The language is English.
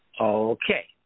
Okay